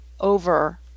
over